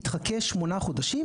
היא תחכה שמונה חודשים,